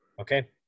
Okay